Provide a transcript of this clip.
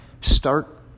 start